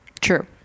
True